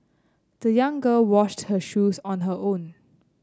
the young girl washed her shoes on her own